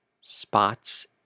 spots